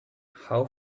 how